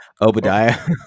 Obadiah